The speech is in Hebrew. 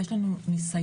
יש לנו ניסיון